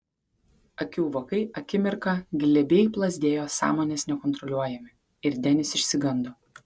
akių vokai akimirką glebiai plazdėjo sąmonės nekontroliuojami ir denis išsigando